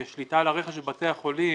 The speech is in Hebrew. שליטה על הרכש בבתי החולים,